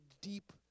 deep